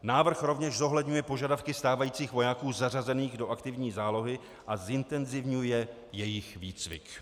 Návrh rovněž zohledňuje požadavky stávajících vojáků zařazených do aktivní zálohy a zintenzivňuje jejich výcvik.